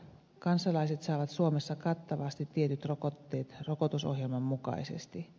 kansalaiset saavat suomessa kattavasti tietyt rokotteet rokotusohjelman mukaisesti